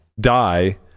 die